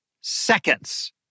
seconds